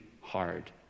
hard